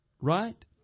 Right